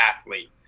athlete